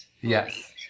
Yes